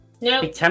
No